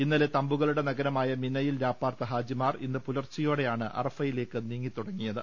ഇന്നലെ തമ്പുകളുടെ നഗരമായ മിനയിൽ രാപ്പാർത്ത ഹാജിമാർ ഇന്ന് പുലർച്ചെയോടെയാണ് അറഫയിലേക്ക് നീങ്ങിത്തുടങ്ങിയത്